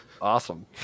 Awesome